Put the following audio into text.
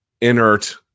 inert